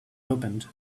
opened